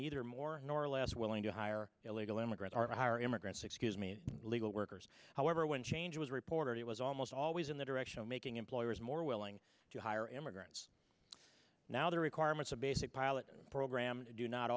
neither more nor less willing to hire illegal immigrants are to hire immigrants excuse me legal workers however when change was reported it was almost always in the direction of making employers more willing to hire immigrants now the requirements of basic pilot program to do not